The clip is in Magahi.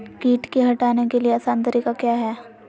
किट की हटाने के ली आसान तरीका क्या है?